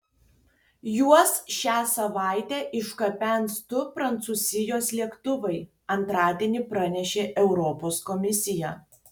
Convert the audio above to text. juos šią savaitę išgabens du prancūzijos lėktuvai antradienį pranešė europos komisija